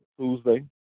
Tuesday